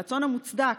המוצדק,